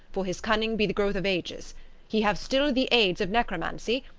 for his cunning be the growth of ages he have still the aids of necromancy,